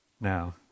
Now